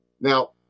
now